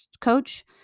coach